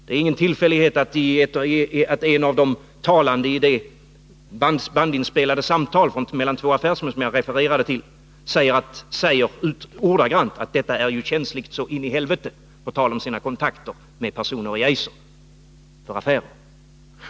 Det är ingen tillfällighet att en av de talande i det bandinspelade samtal mellan två affärsmän som jag refererade till säger — ordagrant — att detta är ”känsligt så in i helvete”, på tal om sina affärskontakter med personer i Eiser.